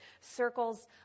circles